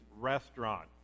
Restaurant